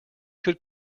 could